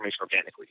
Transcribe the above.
organically